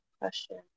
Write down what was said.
question